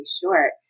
short